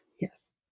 Yes